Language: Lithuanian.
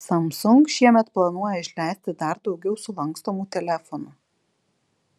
samsung šiemet planuoja išleisti dar daugiau sulankstomų telefonų